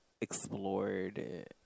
explored